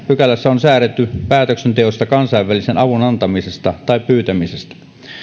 pykälässä on säädetty päätöksenteosta kansainvälisen avun antamisesta tai pyytämisestä